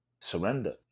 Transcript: surrender